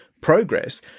progress